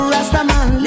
Rastaman